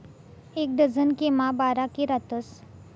एक डझन के मा बारा के रातस